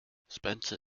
spencer